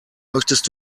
möchtest